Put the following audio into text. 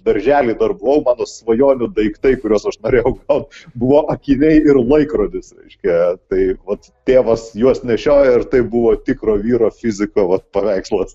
daržely dar buvau mano svajonių daiktai kuriuos aš norėjau gaut buvo akiniai ir laikrodis reiškia tai vat tėvas juos nešiojo ir tai buvo tikro vyro fiziko vat paveikslas